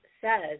says